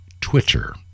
Twitter